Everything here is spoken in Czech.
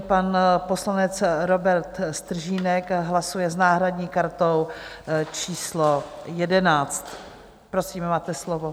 Pan poslanec Robert Stržínek hlasuje s náhradní kartou číslo 11. Prosím, máte slovo.